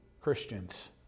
Christians